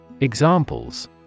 Examples